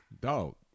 Dog